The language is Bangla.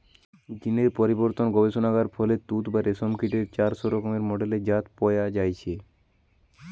জীন এর পরিবর্তন গবেষণার ফলে তুত বা রেশম কীটের প্রায় চারশ রকমের মেডেলের জাত পয়া যাইছে